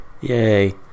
yay